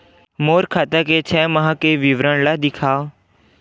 मोर खाता के छः माह के विवरण ल दिखाव?